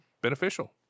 beneficial